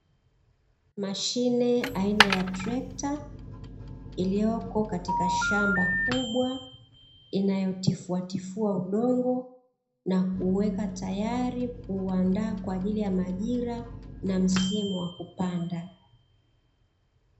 Mashine aina ya trekta iliyoko katika shamba kubwa inayotifua tifua udongo na kuuweka tayari kuuandaa kwa ajili ya majira na msimu wa kupanda.